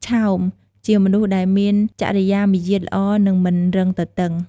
ឆោម ជាមនុស្សដែលមានចរិយាមាយាទល្អ និងមិនរឹងទទឹង។